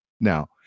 Now